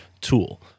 tool